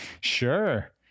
Sure